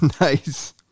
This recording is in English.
nice